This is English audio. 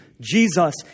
Jesus